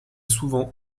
souvent